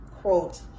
quote